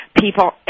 people